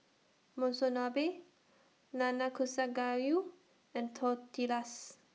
Monsunabe Nanakusa Gayu and Tortillas